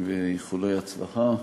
איחולי הצלחה.